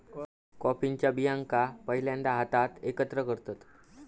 कॉफीच्या बियांका पहिल्यांदा हातात एकत्र करतत